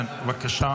כן, בבקשה.